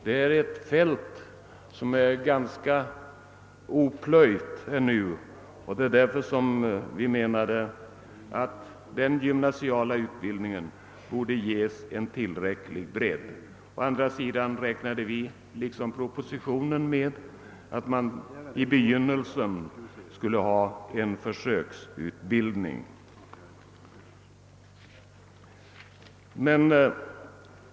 Detta fält är ännu ganska oplöjt, och kommittén menade därför att den gymnasiala utbildningen borde ges en tillräcklig bredd. Å andra sidan har vi liksom Kungl. Maj:t i propositionen räknat med att man i begynnelsen skall ha en försöksutbildning.